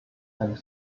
and